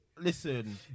Listen